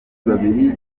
babiri